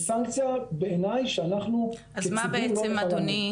זו סנקציה בעיניי שאנחנו כציבור לא נוכל לעמוד בה.